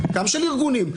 גם של ארגונים,